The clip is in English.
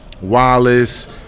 Wallace